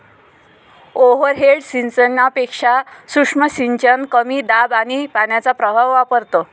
overhead सिंचनापेक्षा सूक्ष्म सिंचन कमी दाब आणि पाण्याचा प्रवाह वापरतो